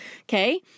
okay